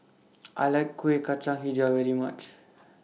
I like Kueh Kacang Hijau very much